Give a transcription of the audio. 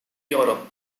europe